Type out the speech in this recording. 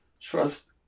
trust